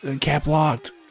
cap-locked